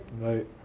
Right